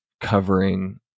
covering